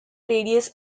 radius